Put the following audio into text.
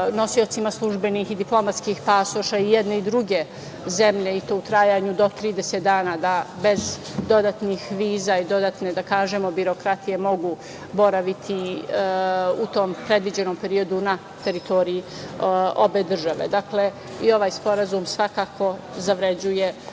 nosiocima službenih i diplomatskih pasoša jedne i druge zemlje, i to u trajanju do 30 dana da bez dodatnih viza i dodatne birokratije mogu boraviti u tom predviđenom periodu na teritoriji obe države. Dakle, i ovaj sporazum svakako zavređuje